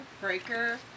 Breaker